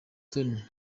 stone